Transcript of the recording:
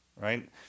right